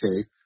okay